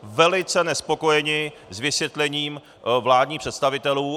Velice nespokojeni s vysvětlením vládních představitelů.